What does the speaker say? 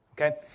Okay